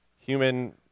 human